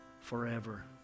forever